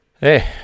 Hey